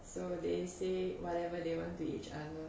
so they say whatever they want to each other